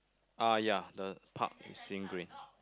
uh ya the park is same green